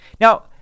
Now